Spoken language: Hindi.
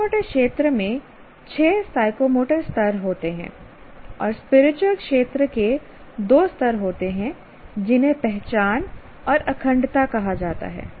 साइकोमोटर क्षेत्र में छह साइकोमोटर स्तर होते हैं और स्पिरिचुअल क्षेत्र के दो स्तर होते हैं जिन्हें पहचान और अखंडता कहा जाता है